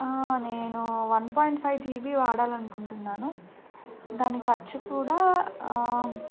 నేను one point five G B వాడాలనుకుంటున్నాను దాని ఖర్చు కూడా